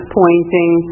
pointing